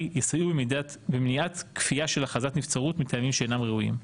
יסייעו במניעת כפייה של הכרזת נבצרות מטעמים שאינם ראויים.